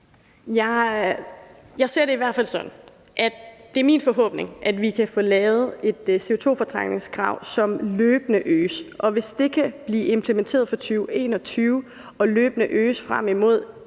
Jeg ser det i hvert fald sådan, at det er min forhåbning, at vi kan få lavet et CO2-fortrængningskrav, som løbende øges. Og hvis det kan blive implementeret fra 2021 og kan øges løbende,